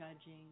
judging